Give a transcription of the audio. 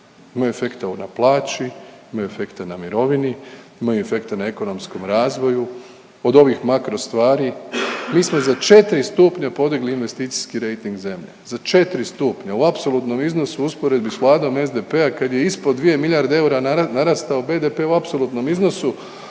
Imaju efekta na plaći, imaju efekta na mirovini, imaju efekta na ekonomskom razvoju, od ovih makro stvari, mi smo za 4 stupnja podigli investicijski rejting zemlje, za 4 stupnja, u apsolutnom iznosu u usporedbi s vladom SDP-a kad je ispod 2 milijarde eura narastao BDP u apsolutnom iznosu,